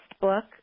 book